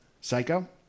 Psycho